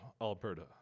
Alberta